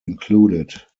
included